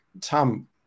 Tom